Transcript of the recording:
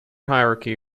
hierarchy